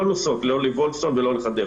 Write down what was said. לא נוסעות, לא לוולפסון ולא לחדרה.